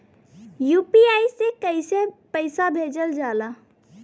UPI से कइसे पैसा भेजल जाला?